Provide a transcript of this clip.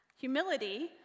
Humility